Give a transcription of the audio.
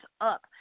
up